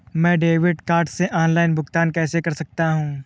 मैं debit card से online भुगतान कैसे कर सकता हूँ?